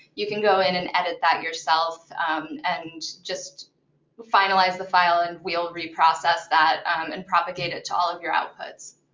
you can go in and edit that yourself and just finalize the file, and we'll reprocess that and propagate it to all of your outputs.